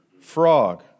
frog